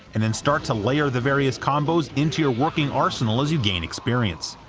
and then start to layer the various combos into your working arsenal as you gain experience.